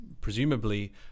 presumably